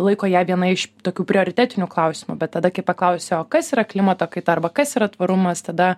laiko ją viena iš tokių prioritetinių klausimų bet tada kai paklausi o kas yra klimato kaita arba kas yra tvarumas tada